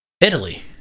Italy